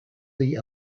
the